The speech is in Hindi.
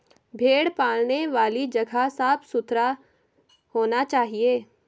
भेड़ पालने वाली जगह साफ सुथरा होना चाहिए